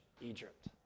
Egypt